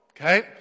okay